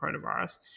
coronavirus